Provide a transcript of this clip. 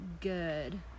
good